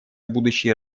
будущей